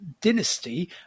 dynasty